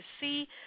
see